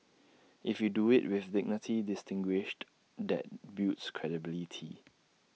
if you do IT with dignity distinguished that builds credibility